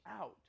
out